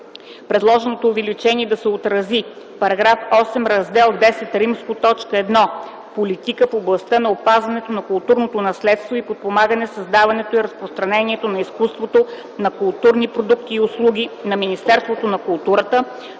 Предложеното увеличение да се отрази в § 8, раздел Х, т. 1 „Политика в областта на опазването на културното наследство и подпомагане създаването и разпространението на изкуството, на културни продукти и услуги” на Министерството на културата